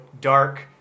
dark